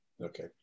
Okay